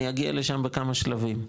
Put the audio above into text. אני אגיע לשם בכמה שלבים".